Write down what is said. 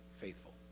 faithful